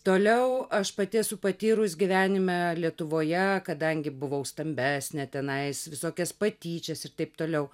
toliau aš pati esu patyrus gyvenime lietuvoje kadangi buvau stambesnė tenais visokias patyčias ir taip toliau